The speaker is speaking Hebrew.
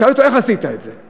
שאלתי אותו: איך עשית את זה?